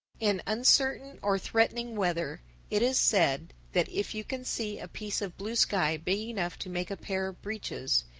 in uncertain or threatening weather it is said that if you can see a piece of blue sky big enough to make a pair of breeches,